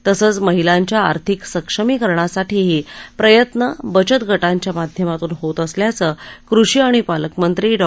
तसंच महिलांच्या आर्थिक सक्षमीकरणासाठीही प्रयत्न बचत गटांच्या माध्यमातून होत असल्याचं कृषी आणि पालकमंत्री डॉ